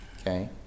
Okay